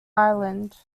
island